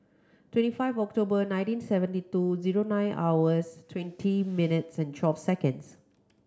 twenty five October nineteen seventy two zero nine hours twenty minutes and twelve seconds